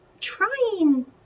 trying